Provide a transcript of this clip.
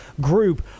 Group